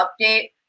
update